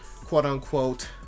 quote-unquote